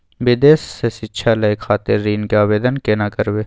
विदेश से शिक्षा लय खातिर ऋण के आवदेन केना करबे?